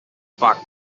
pack